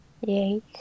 Yay